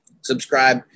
subscribe